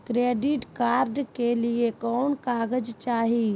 Credit card के लिए कौन कागज चाही?